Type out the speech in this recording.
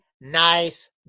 nice